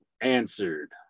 answered